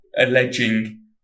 alleging